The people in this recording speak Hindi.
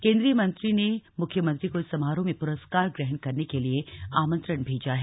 केन्द्रीय मंत्री ने मुख्यमंत्री को इस समारोह में पुरस्कार ग्रहण करने के लिए आमंत्रण भेजा है